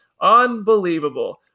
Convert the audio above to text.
Unbelievable